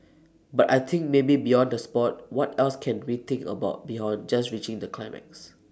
but I think maybe beyond the Sport what else can we think about beyond just reaching that climax